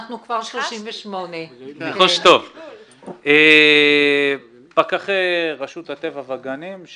אנחנו כבר 38. פקחי רשות הטבע והגנים,